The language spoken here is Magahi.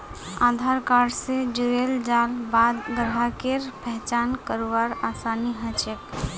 आधार कार्ड स जुड़ेल जाल बाद ग्राहकेर पहचान करवार आसानी ह छेक